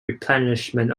replenishment